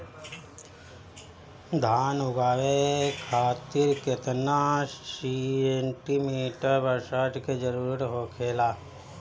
धान उगावे खातिर केतना सेंटीमीटर बरसात के जरूरत होखेला?